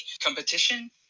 competition